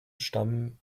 stammen